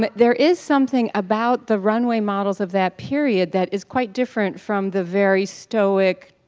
but there is something about the runway models of that period that is quite different from the very stoic,